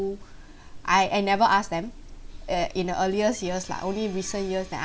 I am never ask them uh in the earliest years lah only recent years that